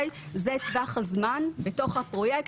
זה טווח הזמן בתוך הפרויקט,